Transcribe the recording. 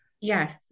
yes